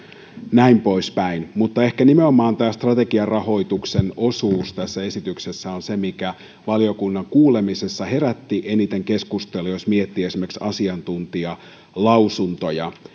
näin poispäin mutta ehkä nimenomaan strategiarahoituksen osuus tässä esityksessä on se mikä valiokunnan kuulemisessa herätti eniten keskustelua jos miettii esimerkiksi asiantuntijalausuntoja